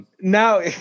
now